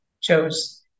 chose